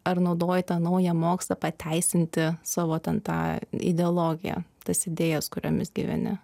ar naudoji tą naują mokslą pateisinti savo ten tą ideologiją tas idėjas kuriomis gyveni